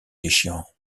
déchirant